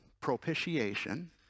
propitiation